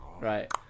Right